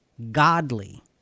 godly